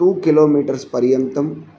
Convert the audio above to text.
two kilometres पर्यन्तं